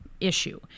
issue